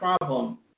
problem